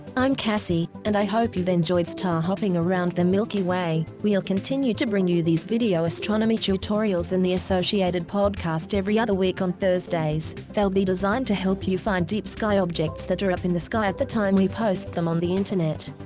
i'm cassie, and i hope you've enjoyed star hopping around the milky way. we'll continue to bring you these video astronomy tutorials and the associated podcast every other week on thursdays. they'll be designed to help you find deep sky objects that are up in the sky at the time we post them on the internet.